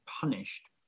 punished